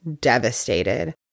devastated